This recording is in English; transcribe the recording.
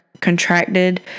contracted